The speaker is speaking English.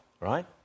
Right